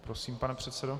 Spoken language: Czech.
Prosím, pane předsedo.